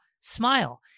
smile